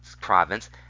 province